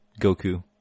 Goku